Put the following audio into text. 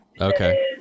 Okay